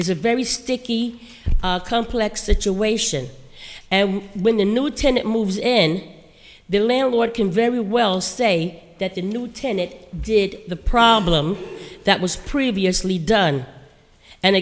it's a very sticky complex situation and when the new tenant moves in the landlord can very well say that the new tenet did the problem that was previously done and